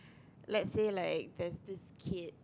let's say like there's this kid